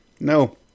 no